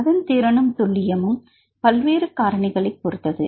அதன் திறனும் துல்லியமும் பல்வேறு காரணிகளைப் பொறுத்தது